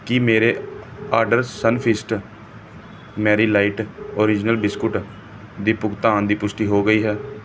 ਕੀ ਮੇਰੇ order Sunfeast Marie light original biscuit ਦੇ ਭੁਗਤਾਨ ਦੀ ਪੁਸ਼ਟੀ ਹੋ ਗਈ ਹੈ